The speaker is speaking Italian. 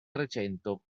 trecento